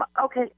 Okay